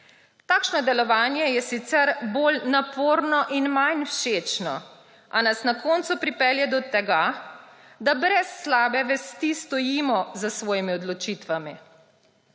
Takšno delovanje je sicer bolj naporno in manj všečno, a nas na koncu pripelje do tega, da brez slabe vesti stojimo za svojimi odločitvami.